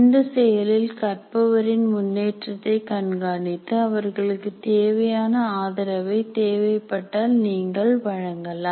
இந்த செயலில் கற்பவரின் முன்னேற்றத்தை கண்காணித்து அவர்களுக்கு தேவையான ஆதரவை தேவைப்பட்டால் நீங்கள் வழங்கலாம்